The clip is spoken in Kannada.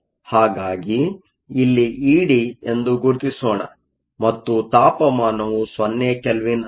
ಹಾಗಾಗಿ ಇಲ್ಲಿ ಇಡಿ ಎಂದು ಗುರುತಿಸೋಣ ಮತ್ತು ತಾಪಮಾನವು 0 ಕೆಲ್ವಿನ್ ಆಗಿದೆ